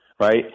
Right